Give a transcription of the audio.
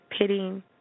pitting